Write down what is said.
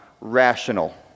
rational